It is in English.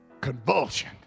convulsion